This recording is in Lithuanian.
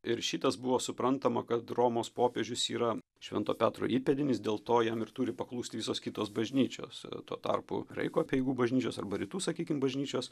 ir šitas buvo suprantama kad romos popiežius yra švento petro įpėdinis dėl to jam ir turi paklusti visos kitos bažnyčios tuo tarpu graikų apeigų bažnyčios arba rytų sakykim bažnyčios